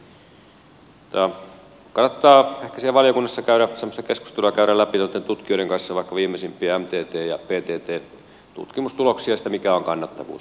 kannattaa ehkä siellä valiokunnassa käydä semmoista keskustelua läpi noitten tutkijoiden kanssa vaikka viimeisimpiä mttn ja pttn tutkimustuloksia siitä mikä on kannattavuus